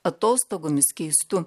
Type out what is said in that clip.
atostogomis keistu